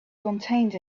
contained